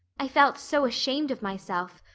i felt so ashamed of myself.